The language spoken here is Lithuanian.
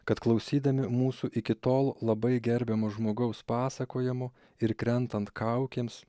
kad klausydami mūsų iki tol labai gerbiamo žmogaus pasakojimų ir krentant kaukėms